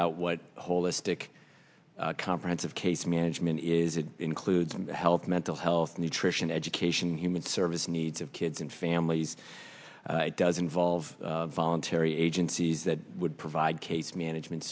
out what holistic conference of case management is it includes health mental health nutrition education human service needs of kids and families does involve voluntary agencies that would provide case management